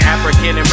African